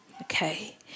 okay